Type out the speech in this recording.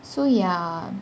so ya